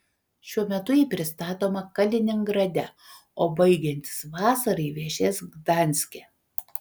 šiuo metu ji pristatoma kaliningrade o baigiantis vasarai viešės gdanske